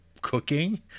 cooking